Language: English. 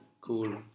cool